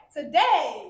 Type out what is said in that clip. today